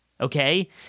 Okay